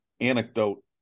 anecdote